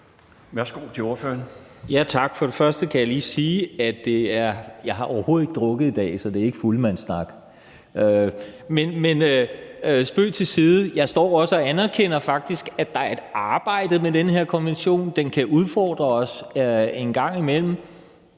16:18 Kim Valentin (V): Tak. Til det første kan jeg lige sige, at jeg overhovedet ikke har drukket i dag, så det er ikke fuldemandssnak. Men spøg til side, jeg står faktisk også og anerkender, at der er et arbejde med den her konvention. Den kan udfordre os en gang imellem.